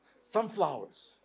Sunflowers